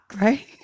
Right